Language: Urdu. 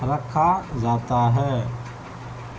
رکھا جاتا ہے